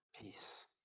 peace